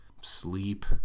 sleep